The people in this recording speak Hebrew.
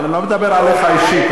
אני לא מדבר עליך אישית.